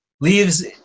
leaves